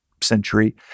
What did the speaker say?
century